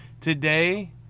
Today